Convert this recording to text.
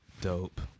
Dope